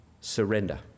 Surrender